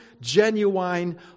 genuine